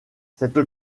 cette